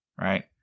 Right